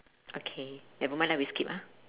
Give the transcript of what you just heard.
okay nevermind lah we skip ah